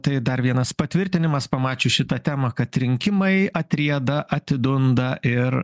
tai dar vienas patvirtinimas pamačius šitą temą kad rinkimai atrieda atidunda ir